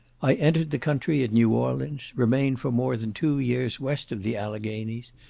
i entered the country at new orleans, remained for more than two years west of the alleghanies,